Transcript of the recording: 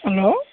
hello